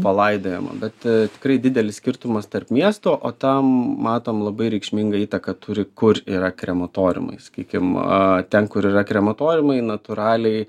palaidojama bet tikrai didelis skirtumas tarp miestų o tam matom labai reikšmingą įtaką turi kur yra krematoriumai sakykim ten kur yra krematoriumai natūraliai